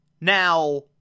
Now